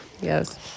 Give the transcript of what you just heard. yes